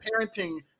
parenting